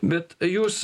bet jūs